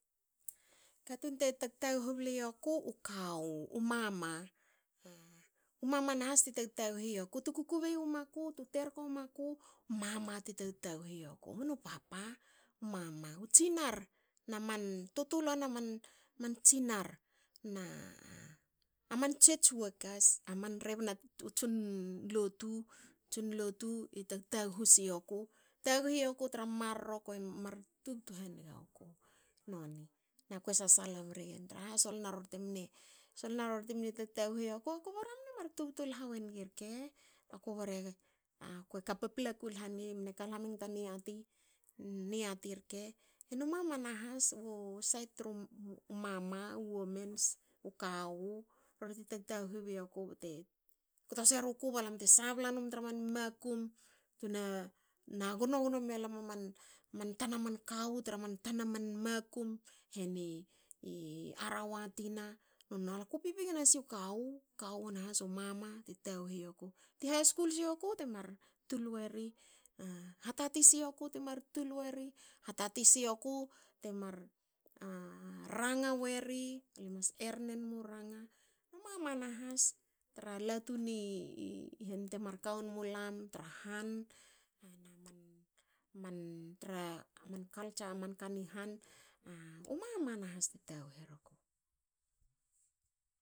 Katun te tag taguhu blioku u kawu u mama. u mama ti tag taguhu ioku mnu papa mama u tsinar. tutuluana man tsinar tu kukubei womaku. tu terko maku. mama ti tag taguhu ioku mnu papa. U mama. u tsinar na man sios wokas. man rebna u tson lotu tson lotu i tag taguhu sioku. taguhu ioku tra marro te mar tubtu hange waku. noni. Na kue sasala mregen traha solna rori timni tag taguhi ioku. kubara mne mar tubtu lha wongi rke. Aku bare. koka papalku lha ngi mne ka lha ngi ta niati. niati rke henu mamana has u sait tru mama. u womens. u kawu. rori ti tag taguhu bioku bte kto seruku balam te balam te sabla num tra makum tuna gno gno mialam alam aman kawu tra man tana man makum heni i arawa tina. Naku pipigi nasi a kawu. kawu nahas u mama ti taguhu ioku. ti haskul sioku te mar tul weri. hatati sioku te mar tul weri. hatati sioku temar a ranga weri. ale mas erne nmu ranga. nu mama nahs tra latu ni hen temar ka wonmulam tra han hena man man tra man kaltsa ni han u mama nahas te taguhe eruku